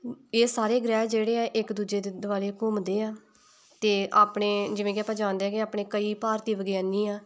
ਇਹ ਸਾਰੇ ਗ੍ਰਹਿ ਜਿਹੜੇ ਆ ਇੱਕ ਦੂਜੇ ਦੇ ਦੁਆਲੇ ਘੁੰਮਦੇ ਆ ਅਤੇ ਆਪਣੇ ਜਿਵੇਂ ਕਿ ਆਪਾਂ ਜਾਣਦੇ ਹਾਂ ਕਿ ਆਪਣੇ ਕਈ ਭਾਰਤੀ ਵਿਗਿਆਨੀ ਆ